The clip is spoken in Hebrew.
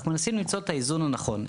אנחנו מנסים למצוא את האיזון הנכון,